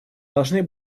должны